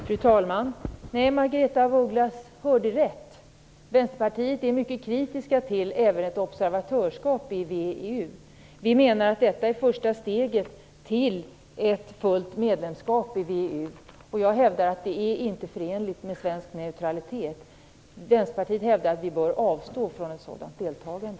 Fru talman! Nej, Margaretha af Ugglas hörde rätt. Vi i Vänsterpartiet är mycket kritiska till även ett observatörskap i VEU. Vi menar att detta är första steget till ett fullt medlemskap i VEU. Jag hävdar att det inte är förenligt med svensk neutralitet. Vänsterpartiet hävdar att vi bör avstå från ett sådant deltagande.